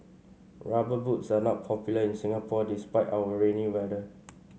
rubber boots are not popular in Singapore despite our rainy weather